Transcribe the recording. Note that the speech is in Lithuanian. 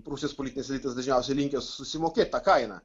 rusijos politinis elitas dažniausiai linkęs susimokėt tą kainą